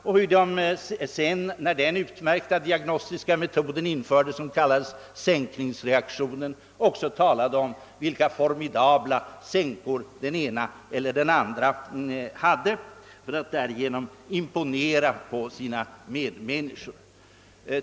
När sedan den utmärkta diagnostiska metod som kallas sänkningsreaktion infördes talades det om vilka formidabla sänkor den ene eller den andre hade, allt i avsikt att imponera på sina medmänniskor.